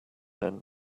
men